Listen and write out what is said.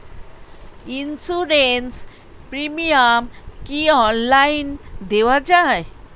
Insurance premium কি online দেওয়া যায়?